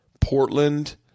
Portland